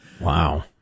Wow